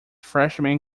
freshman